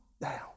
down